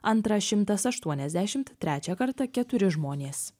antrą šimtas aštuoniasdešimt trečią kartą keturi žmonės